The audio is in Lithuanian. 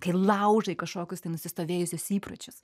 kai laužai kažkokius tai nusistovėjusius įpročius